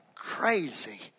crazy